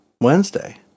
Wednesday